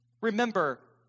Remember